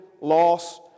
loss